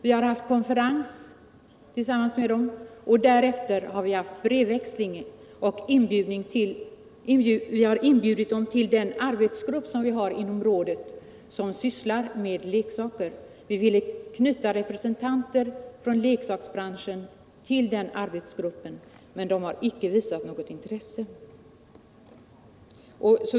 Vi har haft en konferens och därefter brevväxling med den. Vi har inbjudit den till arbetsgruppen inom rådet som sysslar med leksaker. Vi ville knyta representanter från leksaksbranschen till den arbetsgruppen, men de har icke visat något intresse.